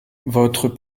votre